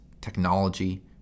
technology